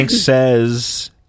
says